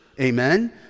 amen